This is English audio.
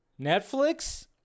Netflix